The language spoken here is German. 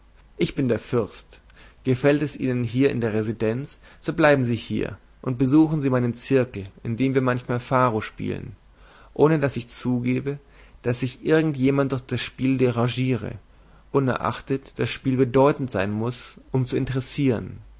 ich bin der fürst gefällt es ihnen hier in der residenz so bleiben sie hier und besuchen sie meinen zirkel in dem wir manchmal pharo spielen ohne daß ich zugebe daß sich irgend jemand durch das spiel derangiere unerachtet das spiel bedeutend sein muß um zu interessieren